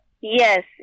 Yes